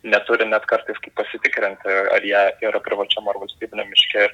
neturi net kartais kaip pasitikrinti ar jie yra privačiam ar valstybiniam miške ir